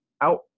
out